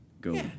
go